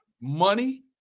money